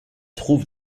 trouvent